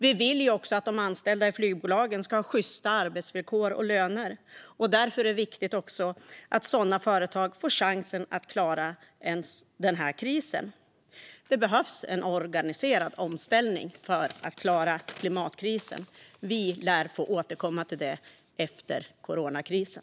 Vi vill också att flygbolagens anställda ska ha sjysta arbetsvillkor och löner. Även därför är det viktigt att sådana företag får chansen att klara denna kris. Det behövs en organiserad omställning för att klara klimatkrisen. Vi lär få återkomma till det efter coronakrisen.